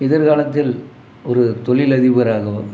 எதிர்காலத்தில் ஒரு தொழிலதிபராக